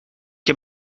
heb